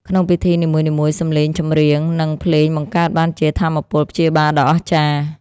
ក្នុងពិធីនីមួយៗ សំឡេងចម្រៀង និងភ្លេងបង្កើតបានជាថាមពលព្យាបាលដ៏អស្ចារ្យ។